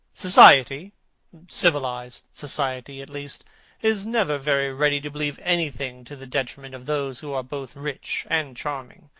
society civilized society, at least is never very ready to believe anything to the detriment of those who are both rich and fascinating.